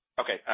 Okay